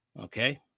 okay